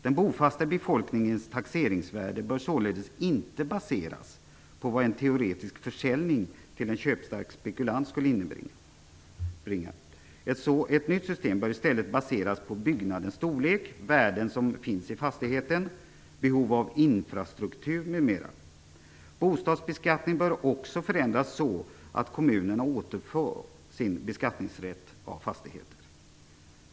Den bofasta befolkningens taxeringsvärde bör således inte baseras på vad en teoretisk försäljning till en köpstark spekulant skulle inbringa. Ett nytt system bör i stället baseras på byggnadens storlek, värden som finns i fastigheten, behov av infrastruktur, m.m. Bostadsbeskattningen bör också förändras så, att kommunerna återförs sin beskattningsrätt av fastigheter.